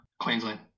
Queensland